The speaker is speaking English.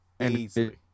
Easily